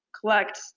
collect